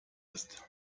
ist